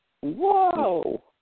Whoa